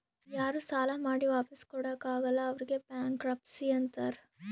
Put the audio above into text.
ಯಾರೂ ಸಾಲಾ ಮಾಡಿ ವಾಪಿಸ್ ಕೊಡ್ಲಾಕ್ ಆಗಲ್ಲ ಅವ್ರಿಗ್ ಬ್ಯಾಂಕ್ರಪ್ಸಿ ಅಂತಾರ್